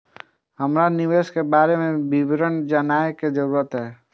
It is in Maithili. हमरा निवेश के बारे में विवरण जानय के जरुरत ये?